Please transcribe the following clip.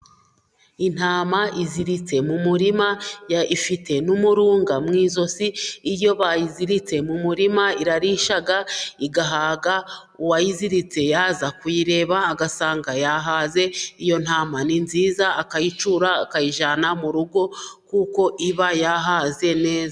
Intama iziritse mu murima, ifite n'umurunga mu izosi, iyo bayiziritse mu murima irarisha igahaga, uwayiziritse yaza kuyireba, agasanga yahaze, iyo ntama ni nziza, akayicura akayijyana mu rugo kuko iba yahaze neza.